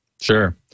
Sure